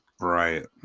Right